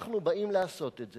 כשאנחנו באים לעשות את זה,